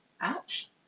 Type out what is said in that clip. Ouch